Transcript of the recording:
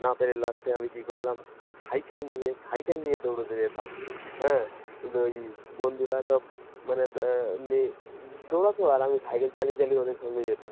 না পেরে লাস্টে আমি কী করলাম সাইকেল নিয়ে সাইকেল নিয়ে দৌড়োতে যেতাম হ্যাঁ ওই বন্ধুরা সব মানে দৌড়াতো আর আমি সাইকেল চালিয়ে চালিয়ে ওদের সঙ্গে যেতাম